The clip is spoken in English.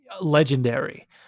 legendary